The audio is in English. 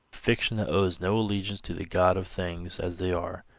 fiction that owes no allegiance to the god of things as they are.